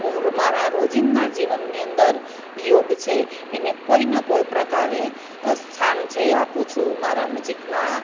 હું મારા રોજિંદા જીવનની અંદર યોગ છે એને કોઈ ને કોઈ પ્રકારે સ્થાન છે એ આપું છું મારા નજીકના